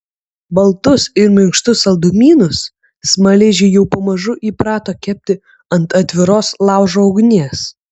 baltus ir minkštus saldumynus smaližiai jau pamažu įprato kepti ant atviros laužo ugnies